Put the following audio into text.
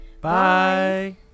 Bye